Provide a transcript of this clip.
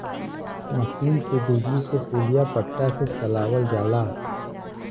मसीन के बिजली से पुलिया पट्टा से चलावल जाला